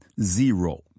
zero